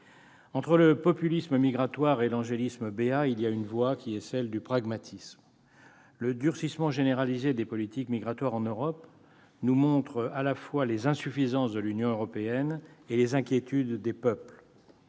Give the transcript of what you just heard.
Entre le populisme migratoire et l'angélisme béat, il y a une voie : celle du pragmatisme. Le durcissement généralisé des politiques migratoires en Europe nous montre à la fois les insuffisances de l'Union européenne et les inquiétudes des peuples.